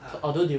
ah